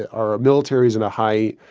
ah our military is in a high